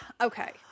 okay